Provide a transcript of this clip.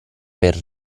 per